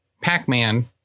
Pac-Man